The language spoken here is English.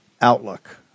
outlook